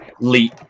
leap